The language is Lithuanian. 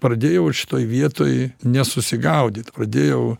pradėjau šitoj vietoj nesusigaudyt pradėjau